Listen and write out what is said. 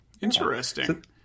Interesting